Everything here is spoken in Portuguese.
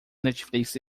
netflix